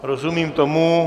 Rozumím tomu.